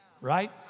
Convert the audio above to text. right